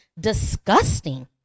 disgusting